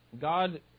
God